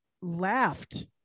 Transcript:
laughed